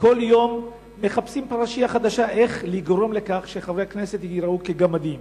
שכל יום מחפשים פרשייה חדשה איך לגרום לכך שחברי הכנסת ייראו כגמדים